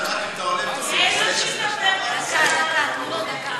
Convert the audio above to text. תנו לו דקה אחת.